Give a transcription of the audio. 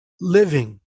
living